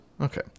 Okay